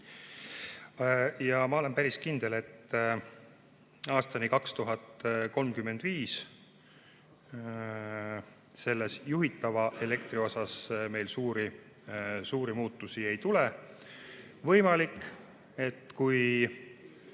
ja ma olen päris kindel, et aastani 2035 juhitava elektri osas meil suuri muutusi ei tule. Võimalik, et kui